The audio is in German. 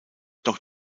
doch